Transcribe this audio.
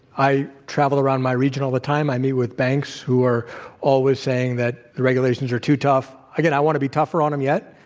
i travelled around my region all the time. i meet with banks who are always saying that the regulations are too tough. again, i want to be tougher on them yet,